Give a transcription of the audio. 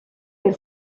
per